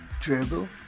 Dribble